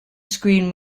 screen